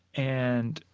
and,